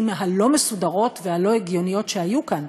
מהלא-מסודרות והלא-הגיוניות שהיו כאן.